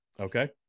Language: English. Okay